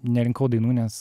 nerinkau dainų nes